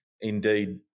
indeed